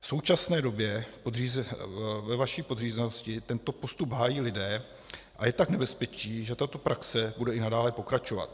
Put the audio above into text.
V současné době ve vaší podřízenosti tento postup hájí lidé, a je tak nebezpečí, že tato praxe bude i nadále pokračovat.